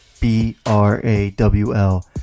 B-R-A-W-L